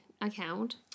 account